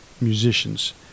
musicians